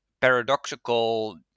paradoxical